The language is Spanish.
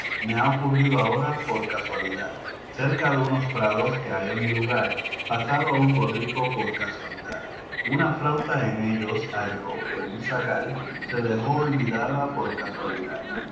me ha ocurrido ahora por casualidad cerca de unos prados que hay en mi lugar pasaba un borrico por casualidad una flauta en ellos halló que un zagal se dejó olvidada por casualidad